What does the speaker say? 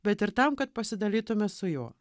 bet ir tam kad pasidalytumėme su juo